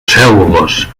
cèl·lules